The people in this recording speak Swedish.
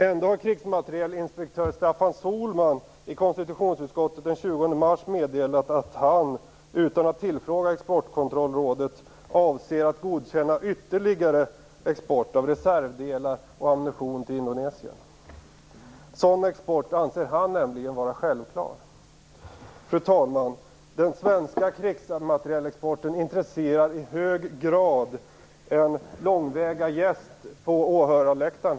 Ändå har krigsmaterielinspektör Staffan Sohlman i konstitutionsutskottet den 20 mars meddelat att han, utan att tillfråga Exportkontrollrådet, avser att godkänna ytterligare export av reservdelar och ammunition till Indonesien. Sådan export anser han nämligen vara självklar. Fru talman! Den svenska krigsmaterielexporten intresserar i hög grad en långväga gäst på åhörarläktaren.